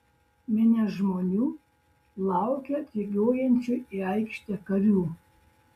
minia žmonių laukė atžygiuojančių į aikštę karių